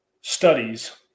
studies